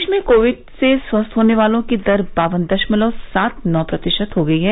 देश में कोविड से स्वस्थ होने वालों की दर बावन दशमलव सात नौ प्रतिशत हो गई है